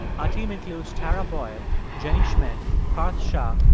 our team includes tara boyle, jenny schmidt, parth shah,